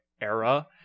era